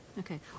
Okay